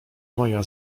moja